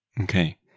Okay